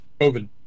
COVID